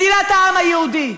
מדינת העם היהודי.